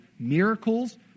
miracles